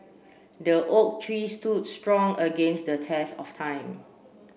the oak tree stood strong against the test of time